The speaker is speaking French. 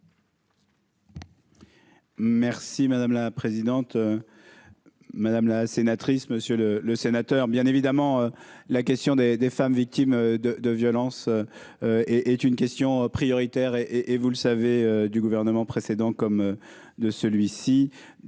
Merci madame la présidente, madame la sénatrice Monsieur le le sénateur bien évidemment la question des des femmes victimes de de violence est une question prioritaire et et vous le savez, du gouvernement précédent, comme de celui-ci,